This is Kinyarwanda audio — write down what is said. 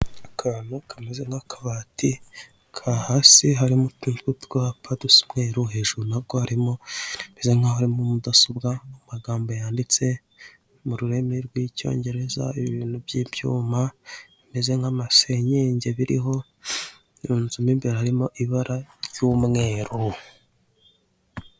Akantu kameze nk'akabati ka hasi harimo utuntu tw'utwapa dusa umweru, hejuru na bwo harimo mudasobwa mu magambo yanditse mu rurimi rw'icyongereza ibintu by'ibyuma bimeze nk'amasenyenge munzu mo imbere harimo ibara ry'umweru.